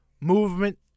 movement